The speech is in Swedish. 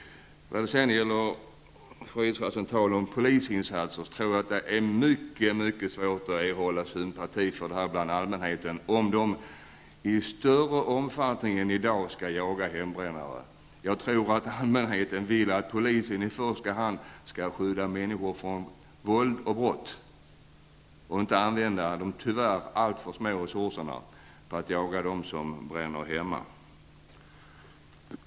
Karin Israelsson talade om polisinsatser. Jag tror att det är mycket svårt att vinna sympati bland allmänheten, om polisen i större utsträckning än i dag skall jaga hembrännare. För min del tror jag att allmänheten vill att polisen i första hand skall skydda människor från våld och brott och inte använda de tyvärr alltför små resurserna för att jaga dem som bränner hemma.